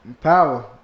Power